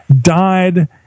died